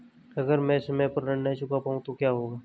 अगर म ैं समय पर ऋण न चुका पाउँ तो क्या होगा?